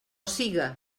siga